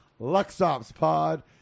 LuxOpsPod